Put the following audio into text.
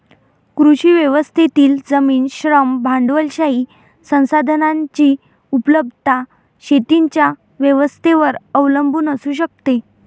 कृषी व्यवस्थेतील जमीन, श्रम, भांडवलशाही संसाधनांची उपलब्धता शेतीच्या व्यवस्थेवर अवलंबून असू शकते